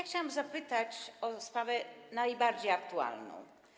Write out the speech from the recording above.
Chciałam zapytać o sprawę najbardziej aktualną.